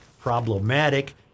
problematic